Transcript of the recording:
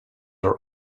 are